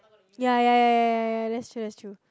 ya ya ya ya ya ya that's true that's true